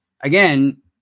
again